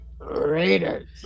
Raiders